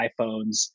iPhones